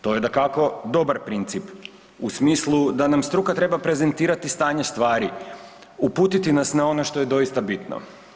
To je dakako dobar princip u smislu da nam struka treba prezentirati stanje stvari, uputiti nas na ono što je doista bitno.